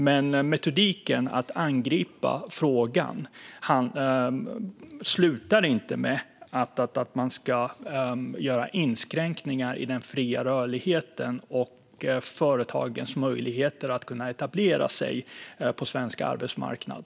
Men metodiken för att angripa frågan slutar inte med att man ska göra inskränkningar i den fria rörligheten och företagens möjligheter att etablera sig på svensk arbetsmarknad.